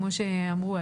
כמו שאמרו,